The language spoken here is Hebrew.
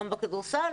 גם בכדורסל,